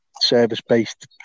service-based